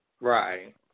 Right